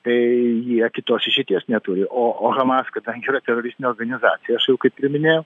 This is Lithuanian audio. tai jie kitos išeities neturi o o hamas kadangi yra teroristinė organizacija aš jau kaip ir minėjau